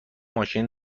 ماشین